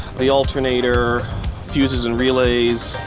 the alternator fuses and relays,